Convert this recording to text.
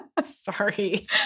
Sorry